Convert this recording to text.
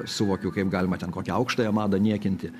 suvokiu kaip galima ten kokią aukštąją madą niekinti